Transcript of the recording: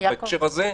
בהקשר הזה,